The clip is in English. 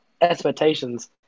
Expectations